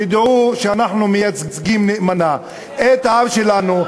תדעו שאנחנו מייצגים נאמנה את העם שלנו.